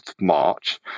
March